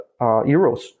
euros